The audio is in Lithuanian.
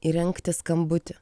įrengti skambutį